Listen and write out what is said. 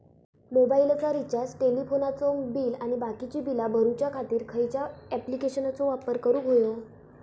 मोबाईलाचा रिचार्ज टेलिफोनाचा बिल आणि बाकीची बिला भरूच्या खातीर खयच्या ॲप्लिकेशनाचो वापर करूक होयो?